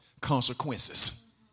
Consequences